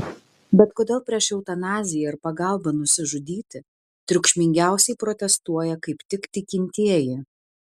bet kodėl prieš eutanaziją ir pagalbą nusižudyti triukšmingiausiai protestuoja kaip tik tikintieji